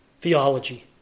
Theology